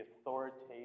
authoritative